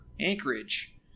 Anchorage